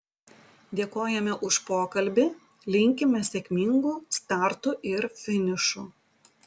dėkojame už pokalbį linkime sėkmingų startų ir finišų